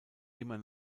immer